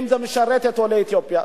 אם זה משרת את עולי אתיופיה.